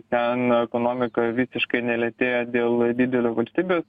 ten ekonomika visiškai nelėtėja dėl didelio valstybės